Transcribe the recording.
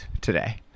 today